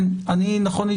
מנהלת